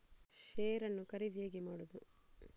Share ನ್ನು ಖರೀದಿ ಹೇಗೆ ಮಾಡುವುದು?